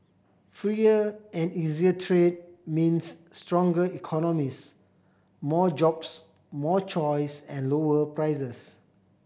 freer and easier trade means stronger economies more jobs more choice and lower prices